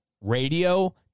radio